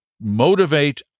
motivate